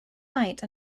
night